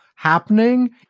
Happening